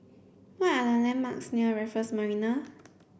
what are the landmarks near Raffles Marina